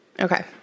Okay